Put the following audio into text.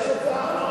יש הצעה.